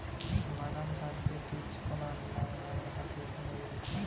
বাদাম সারিতে বীজ বোনা না লাঙ্গলের সাথে বুনে দিলে ভালো ফলন হয়?